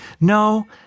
no